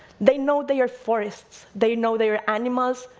they know their forests, they know their animals,